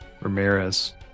ramirez